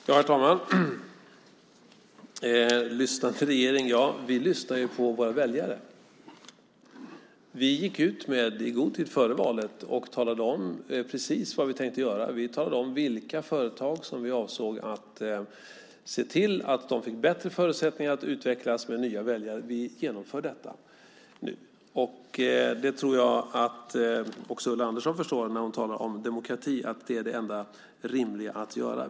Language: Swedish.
Herr talman! "En lyssnande regering", sade Ulla Andersson. Vi lyssnar på våra väljare. Vi gick i god tid före valet ut och talade om precis vad vi tänkte göra. Vi talade om för väljarna vilka företag som vi avsåg att se till att ge bättre förutsättningar att utvecklas. Nu genomför vi detta. Och jag tror att också Ulla Andersson förstår, när hon talar om demokrati, att detta är det enda rimliga att göra.